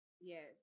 Yes